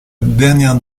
dernière